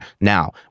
Now